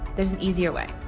there's an easier way.